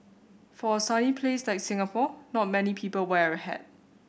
for a sunny place like Singapore not many people wear a hat